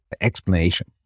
explanation